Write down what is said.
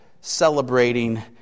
celebrating